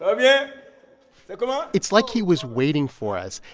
um yeah like um ah it's like he was waiting for us.